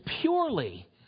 purely